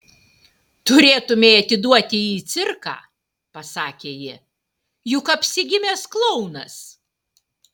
turėtumei atiduoti jį į cirką pasakė ji juk apsigimęs klounas